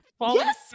Yes